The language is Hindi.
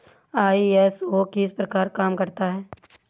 आई.एस.ओ किस प्रकार काम करता है